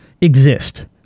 exist